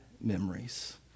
memories